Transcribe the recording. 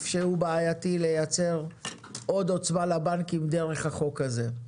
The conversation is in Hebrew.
שהוא בעייתי לייצר עוד עוצמה לבנקים דרך החוק הזה.